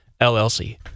LLC